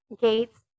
gates